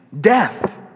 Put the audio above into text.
death